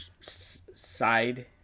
side